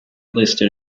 listed